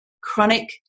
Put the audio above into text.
chronic